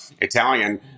Italian